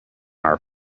our